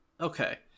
okay